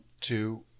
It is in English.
two